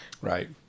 Right